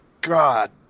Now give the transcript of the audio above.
God